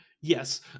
yes